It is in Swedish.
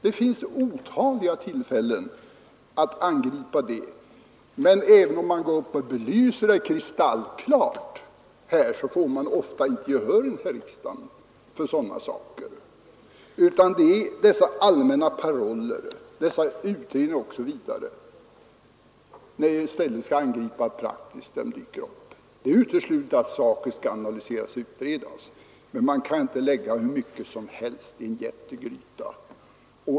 Det finns otaliga tillfällen att angripa denna företeelse, men även om vi belyser frågan så att den blir kristallklar, får vi ofta inte gehör av riksdagen, utan vi får bara höra allmänna paroller, tal om utredningar osv., medan problemet i stället borde angripas praktiskt så fort det dyker upp. Det utesluter inte att saken skall analyseras och utredas, men man kan inte lägga hur mycket som helst i en jättegryta.